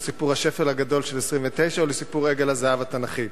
סיפור השפל הגדול של 1929 או לסיפור עגל הזהב התנ"כי?